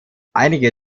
einige